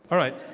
all right.